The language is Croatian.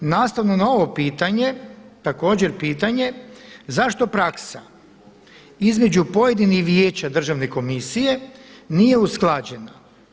Nastavno na ovo pitanje također pitanje zašto praksa između pojedinih vijeća Državne komisije nije usklađena?